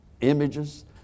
images